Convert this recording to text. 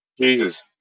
Jesus